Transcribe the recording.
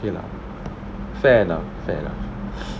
okay lah fair enough fair enough